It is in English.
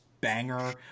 banger